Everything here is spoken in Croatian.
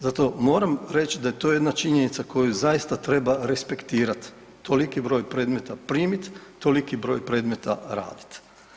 Zato moram reći da je to jedna činjenica koju zaista treba respektirat, toliki broj predmeta primit, toliki broj predmeta radit.